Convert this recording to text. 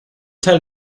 teil